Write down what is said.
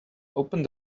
opened